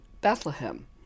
Bethlehem